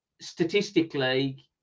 statistically